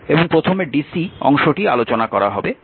এবং প্রথমে ডিসি অংশটি আলোচনা করা হবে